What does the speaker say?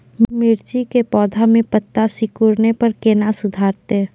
मिर्ची के पौघा मे पत्ता सिकुड़ने पर कैना सुधरतै?